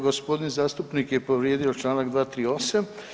Gospodin zastupnik je povrijedio članak 238.